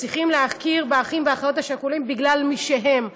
צריכים להכיר באחיות ובאחים השכולים בגלל מי שהם,